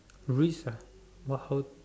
risk ah what how